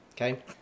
okay